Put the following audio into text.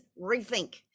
rethink